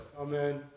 Amen